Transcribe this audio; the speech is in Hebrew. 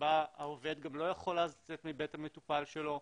שבה העובד גם לא יכול לעזוב מבית המטופל שלו.